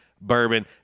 Bourbon